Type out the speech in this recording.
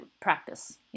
practice